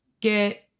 get